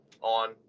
on